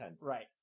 Right